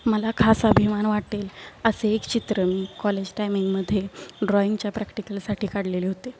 मला खास अभिमान वाटेल असे एक चित्र मी कॉलेज टायमिंगमध्ये ड्रॉईंगच्या प्रॅक्टिकलसाठी काढलेले होते